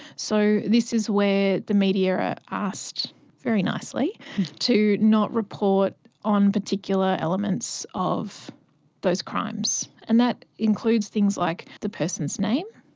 so this is where the media are asked very nicely to not report on particular elements of those crimes, and that includes things like the person's name,